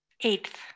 eighth